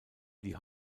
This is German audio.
die